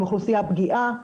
הם אוכלוסייה פגיעה,